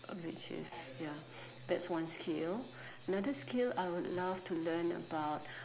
uh which is ya that's one skill another skill I would love to learn about